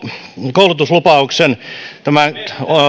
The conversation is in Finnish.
koulutuslupauksen